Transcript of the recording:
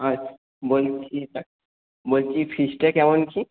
আচ্ছা বলছি বলছি ফিসটা কেমন কি